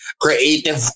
creative